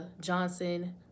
johnson